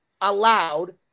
allowed